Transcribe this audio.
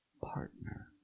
partner